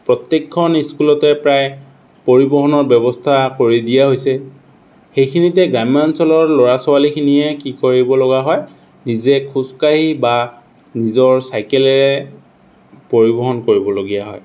প্ৰত্যেকখন স্কুলতে প্ৰায় পৰিবহণৰ ব্যৱস্থা কৰি দিয়া হৈছে সেইখিনিতে গ্ৰাম্যাঞ্চলৰ ল'ৰা ছোৱালীখিনিয়ে কি কৰিবলগা হয় নিজে খোজকাঢ়ি বা নিজৰ চাইকেলেৰে পৰিবহণ কৰিবলগীয়া হয়